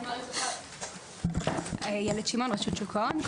כלומר, רשות שוק ההון.